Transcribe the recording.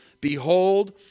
behold